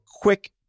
quick